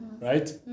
Right